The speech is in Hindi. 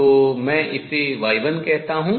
तो मैं इसे y1 कहता हूँ